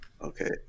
Okay